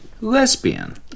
lesbian